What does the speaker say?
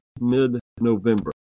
mid-November